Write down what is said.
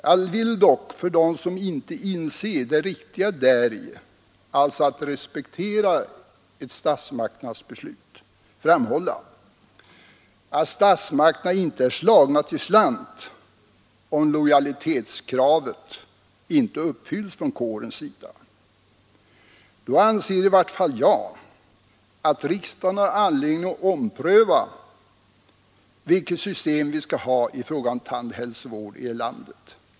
Jag vill dock för dem som inte inser det riktiga däri, nämligen att respektera ett beslut, framhålla att statsmakterna inte är slagna till slant, om lojalitetskravet inte uppfylls från kårens sida. Då anser i varje fall jag att riksdagen har anledning att ompröva vilket system vi skall ha i fråga om tandhälsovården i landet.